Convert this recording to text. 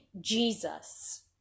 Jesus